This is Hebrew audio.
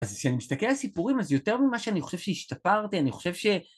אז כשאני מסתכל על הסיפורים זה יותר ממה שאני חושב שהשתפרתי אני חושב ש...